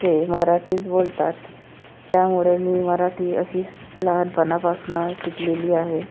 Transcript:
ते मराठीच बोलतात त्यामुळे मी मराठी अशीच लहानपणापासून शिकलेली आहे